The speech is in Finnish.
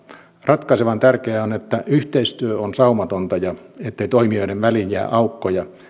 ratkaisevan tärkeää on että yhteistyö on saumatonta ja että toimijoiden väliin ei jää aukkoja